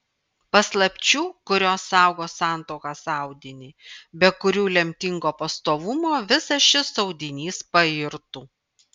paslapčių kurios saugo santuokos audinį be kurių lemtingo pastovumo visas šis audinys pairtų